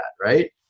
right